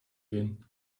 gehen